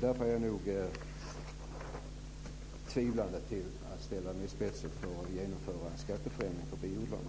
Därför är jag tvivlande till att ställa mig i spetsen för att genomföra en skatteförändring för biodlarna.